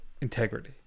Integrity